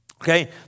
okay